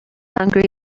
hungry